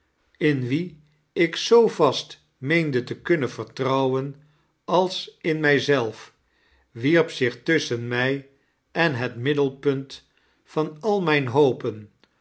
in wien ik zoo vast meende te kunnem vertnouwen als in mq zelf wierp zich tusschen mij en het middelpunt van al mijn hopen